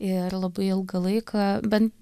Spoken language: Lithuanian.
ir labai ilgą laiką ben